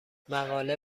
مقاله